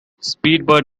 speedbird